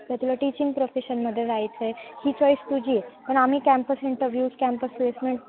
का तुला टीचिंग प्रोफेशनमध्ये जायचं आहे ही चॉईस तुझी आहे पण आम्ही कॅम्पस इंटरव्ह्यूज कॅम्पस प्लेसमेंट